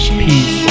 peace